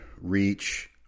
reach